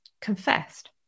confessed